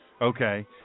Okay